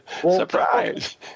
surprise